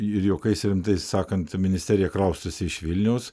ir juokais ir rimtai sakant ministerija kraustosi iš vilniaus